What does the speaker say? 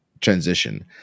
transition